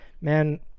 man